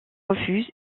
refuse